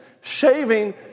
shaving